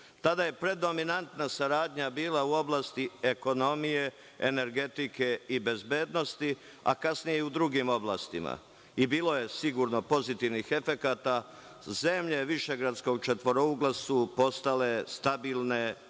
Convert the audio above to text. Tada je predominantna saradnja bila u oblasti ekonomije, energetike i bezbednosti, a kasnije i u drugim oblastima. Bilo je, sigurno, i pozitivnih efekata – zemlje višegradskog četvorougla su postale stabilne